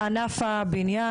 ענף הבניין,